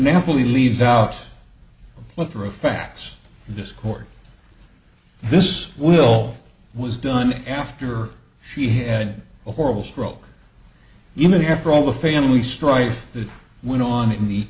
napoli leaves out what for a fax this court this will was done after she had a horrible stroke even after all the family strife that went on in the